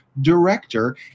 director